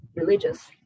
religious